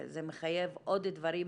זה מחייב עוד דברים,